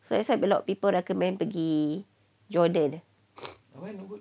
so that's why a lot of people recommend pergi jordan